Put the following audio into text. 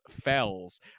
fells